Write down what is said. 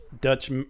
Dutch